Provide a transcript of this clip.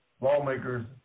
lawmakers